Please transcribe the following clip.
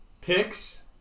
picks